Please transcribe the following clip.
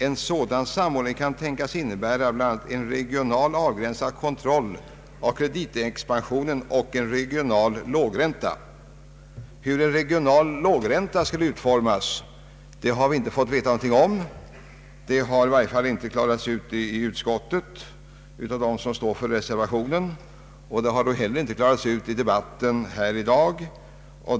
En sådan samordning kan tänkas innebära bl.a. en regionalt avgränsad kontroll av kreditexpansionen och en regional lågränta.” Hur en regional lågränta skulle tilllämpas har vi inte fått veta någonting om. Det har i varje fall inte klarats ut i utskottet av dem som står för reservationen, och det har inte heller klarats ut i debatten här i dag.